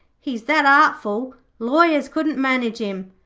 he's that artful, lawyers couldn't manage him.